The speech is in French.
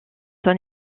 son